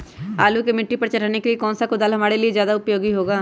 आलू पर मिट्टी चढ़ाने के लिए कौन सा कुदाल हमारे लिए ज्यादा उपयोगी होगा?